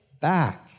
back